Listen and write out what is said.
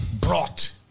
brought